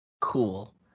Cool